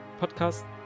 podcast